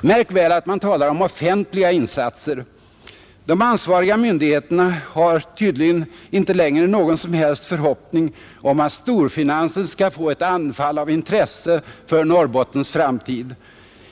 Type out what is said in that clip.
Märk väl att man talar om ”offentliga insatser”. De ansvariga myndigheterna har tydligen inte längre någon som helst förhoppning om att storfinansen skall få ett anfall av intresse för Norrbottens framtid.